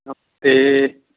नमस्ते